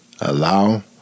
allow